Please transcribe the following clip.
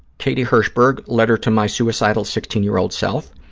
katie hirschberg, letter to my suicidal sixteen year old self.